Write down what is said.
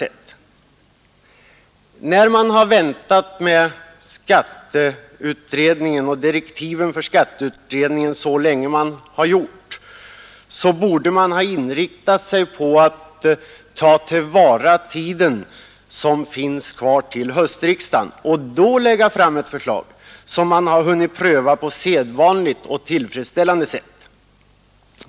När man nu så länge har väntat med att tillsätta skatteutredningen och att ge den direktiv borde man ha inriktat sig på att ta till vara den tid som finns kvar till höstriksdagens början för att då lägga fram ett förslag som hunnit prövas på sedvanligt och tillfredsställande sätt.